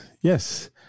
yes